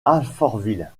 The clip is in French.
alfortville